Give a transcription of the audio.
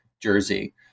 Jersey